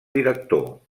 director